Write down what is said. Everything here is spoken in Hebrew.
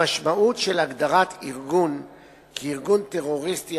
המשמעות של הגדרת ארגון כ"ארגון טרוריסטי"